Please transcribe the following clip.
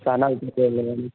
શાના ઉપર લોન લેવાની છે